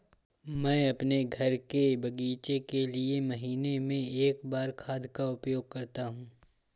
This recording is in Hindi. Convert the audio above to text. मैं अपने घर के बगीचे के लिए महीने में एक बार खाद का उपयोग करता हूँ